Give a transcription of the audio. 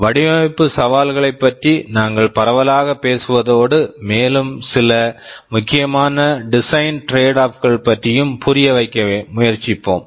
வடிவமைப்பு சவால்களைப் பற்றி நாங்கள் பரவலாகப் பேசுவதோடு மேலும் சில முக்கியமான design trade off design trade off பற்றியும் புரிய வைக்க முயற்சிப்போம்